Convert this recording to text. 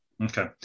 Okay